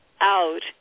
out